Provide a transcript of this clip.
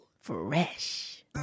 Fresh